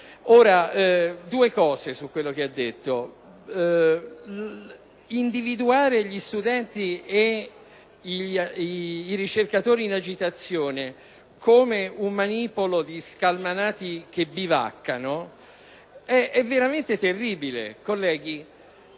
detto il senatore Baldassarri. Individuare gli studenti e i ricercatori in agitazione come un manipolo di scalmanati che bivaccano e veramente terribile. Colleghi,